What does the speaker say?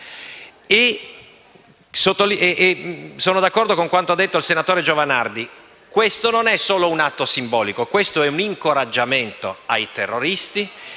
Sono d'accordo con quanto ha detto il senatore Giovanardi: questo non è solo un atto simbolico, ma un incoraggiamento ai terroristi